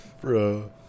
Bro